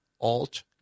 alt